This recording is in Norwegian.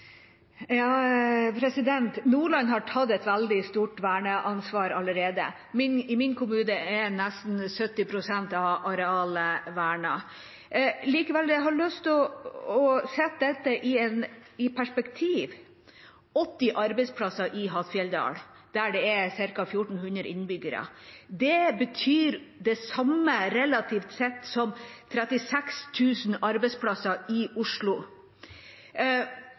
Nordland har tatt et veldig stort verneansvar allerede. I min kommune er nesten 70 pst. av arealet vernet. Likevel: Jeg har lyst til å sette dette i perspektiv. 80 arbeidsplasser i Hattfjelldal, der det er ca. 1 400 innbyggere, betyr det samme, relativt sett, som 36 000 arbeidsplasser i Oslo.